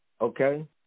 okay